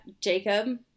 Jacob